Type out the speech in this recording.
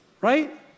right